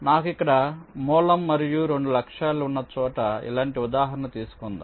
నాకు ఇక్కడ మూలం మరియు 2 లక్ష్యాలు ఉన్న చోట ఇలాంటి ఉదాహరణ తీసుకుందాం